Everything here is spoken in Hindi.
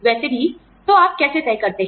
वैसे भी तो आप कैसे तय करते हैं